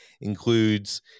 includes